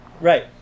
Right